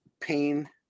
pain